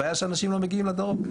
הבעיה היא שאנשים לא מגיעים לדרום.